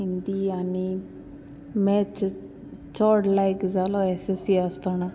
हिंदी आनी मॅत्स चड लायक जाल्ले ऍस ऍस सी आसतना